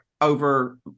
over